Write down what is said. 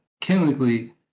chemically